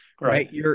right